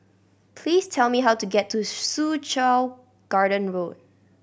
please tell me how to get to Soo Chow Garden Road